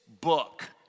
book